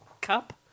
cup